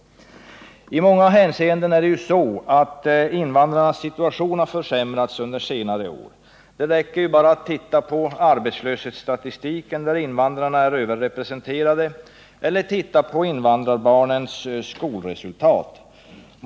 I många hänseenden har invandrarnas situation försämrats under senare år - det räcker med att se på arbetslöshetsstatistiken, där invandrarna är överrepresenterade, eller på invandrarbarnens skolresultat.